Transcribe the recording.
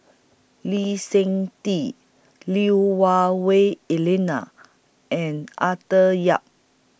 Lee Seng Tee Lui Hah Elena and Arthur Yap